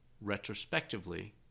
retrospectively